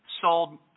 sold